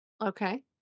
Okay